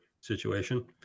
situation